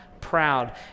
proud